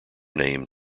name